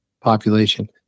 population